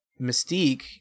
Mystique